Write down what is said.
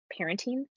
parenting